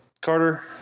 Carter